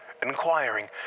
inquiring